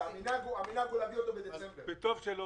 המנהג הוא להביא אותם בשבוע האחרון של דצמבר.